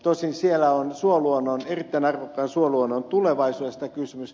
tosin siellä on erittäin arvokkaan suoluonnon tulevaisuudesta kysymys